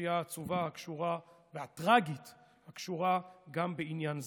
לפרשייה העצובה והטרגית הקשורה גם בעניין זה.